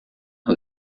who